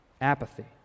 Apathy